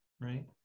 right